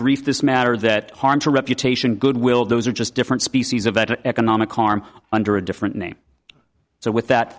brief this matter that hard to reputation goodwill those are just different species of economic harm under a different name so with that